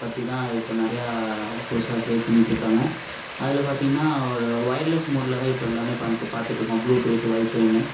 பற்றி தான் இப்போ நிறையா புதுசாக கிரியேட் பண்ணிட்டிருக்காங்க அதில் பார்த்திங்கன்னா ஒரு வொயர்லெஸ் மோடில் தான் இப்போ எல்லாமே பாத் பார்த்துட்ருக்கோம் ப்ளூடூத் வைஃபைனு